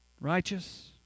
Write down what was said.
righteous